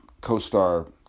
co-star